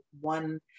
one